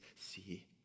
see